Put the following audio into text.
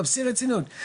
בשיא הרצינות,